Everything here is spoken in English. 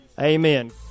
amen